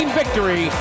victory